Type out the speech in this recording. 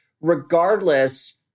regardless